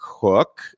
cook